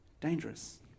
dangerous